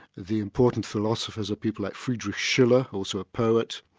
the important philosophers are people like friedrich schiller, also a poet,